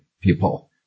people